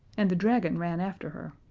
and the dragon ran after her.